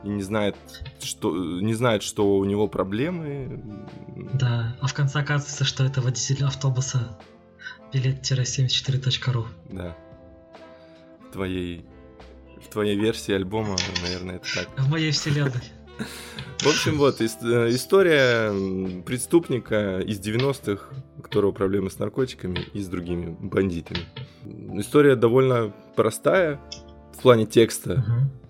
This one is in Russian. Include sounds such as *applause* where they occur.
и не знает, что- не знает, что у него проблемы. М. Да, а в конце оказывается, что это водитель автобуса билет- 74.ru. Да. В твоей- в твоей версии альбома, наверное, это так. *laughs* В моей вселенной. *laughs* В общем, вот, ис- э, история, м, преступника из 90-х, у которого проблемы с наркотиками и с другими бандитами. М, история довольно простая в плане текста. Мгм.